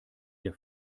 der